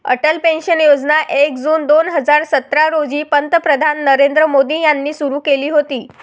Atal pension योजना एक जून दोन हजार सतरा रोजी पंतप्रधान नरेंद्र मोदी यांनी सुरू केली होती